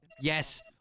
yes